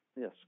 Yes